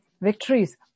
Victories